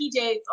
PJs